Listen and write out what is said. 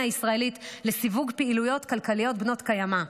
הישראלית לסיווג פעילויות כלכליות בנות קיימא.